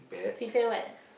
prepare what